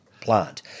plant